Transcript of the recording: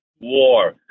war